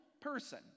person